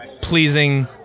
pleasing